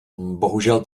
bohužel